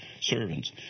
servants